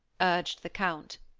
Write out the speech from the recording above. urged the count.